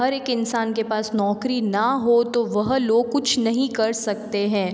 हर एक इंसान के पास नौकरी ना हो तो वह लोग कुछ नहीं कर सकते हैं